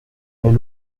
mais